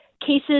cases